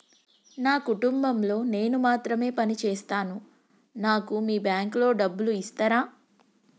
నా కుటుంబం లో నేను మాత్రమే పని చేస్తాను నాకు మీ బ్యాంకు లో డబ్బులు ఇస్తరా?